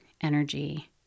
energy